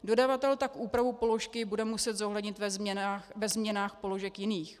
Dodavatel tak úpravu položky bude muset zohlednit ve změnách položek jiných.